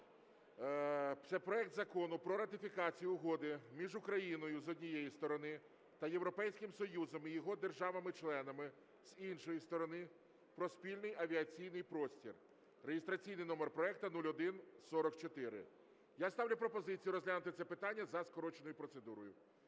це проект Закону про ратифікацію Угоди між Україною, з однієї сторони, та Європейським Союзом і його державами-членами, з іншої сторони, про спільний авіаційний простір (реєстраційний номер проекту 0144). Я ставлю пропозицію розглянути це питання за скороченою процедурою.